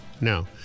No